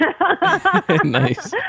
Nice